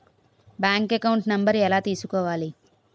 Bank account number ఎలా తీసుకోవాలి?